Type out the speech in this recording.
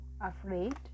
afraid